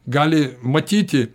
gali matyti